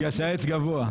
בגלל שהעץ גבוה.